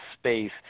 space